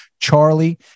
Charlie